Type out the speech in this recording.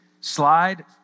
slide